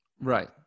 Right